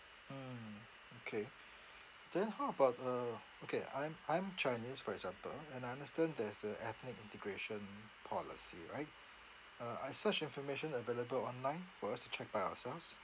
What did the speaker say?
mm okay then how about uh okay I'm I'm chinese for example and I understand there's a ethnic integration policy right uh are such information available online for us to check by ourselves